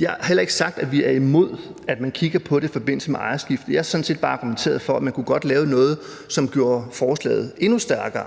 Jeg har heller ikke sagt, at vi er imod, at man kigger på det i forbindelse med ejerskifte. Jeg har sådan set bare argumenteret for, at man godt kunne lave noget, som gjorde forslaget endnu stærkere.